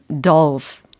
dolls